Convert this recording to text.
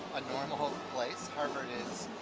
a normal place, harvard is